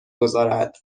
گذارد